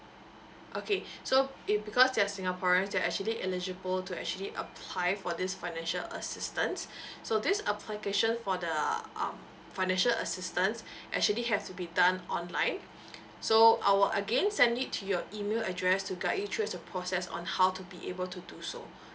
okay so it because they're singaporeans they're actually eligible to actually apply for this financial assistance so this application for the um financial assistance actually have to be done online so I will again send it to your email address to guide you through the process on how to be able to do so